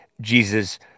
Jesus